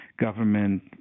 government